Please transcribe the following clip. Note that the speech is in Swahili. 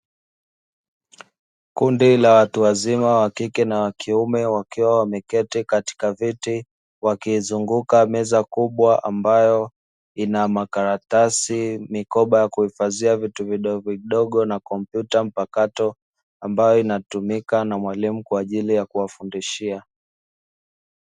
Kundi la watu wazima, wakike na wakiume, wakiwa wameketi katika viti, wakiizunguka meza kubwa ambayo ina makaratasi, mikoba ya kuhifadhia vitu vidogovidogo na kompyuta mpakato, ambayo inatumika na mwalimu kwa ajili ya kuwafundishia.